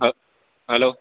હ હાલો